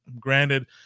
granted